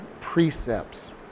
precepts